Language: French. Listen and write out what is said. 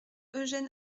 eugène